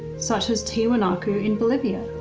such as tiahuanaco in bolivia,